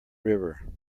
river